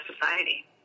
society